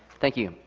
thank you,